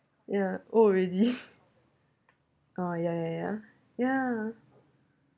ya old already oh ya ya ya ya